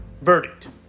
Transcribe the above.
verdict